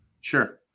Sure